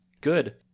Good